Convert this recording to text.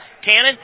Cannon